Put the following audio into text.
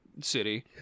city